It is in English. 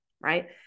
right